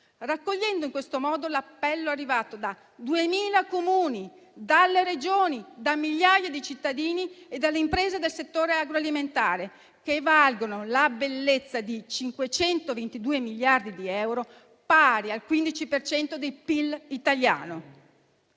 raccogliendo in questo modo l'appello arrivato da 2.000 Comuni, dalle Regioni, da migliaia di cittadini e dalle imprese del settore agroalimentare, che valgono la bellezza di 522 miliardi di euro, pari al 15 per cento dei PIL italiano.